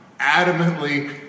adamantly